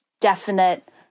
definite